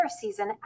season